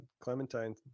clementine